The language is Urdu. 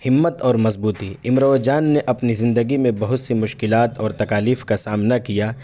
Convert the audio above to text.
ہمت اور مضبوطی امراؤ جان نے اپنی زندگی میں بہت سی مشکلات اور تکالیف کا سامنا کیا